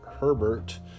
Herbert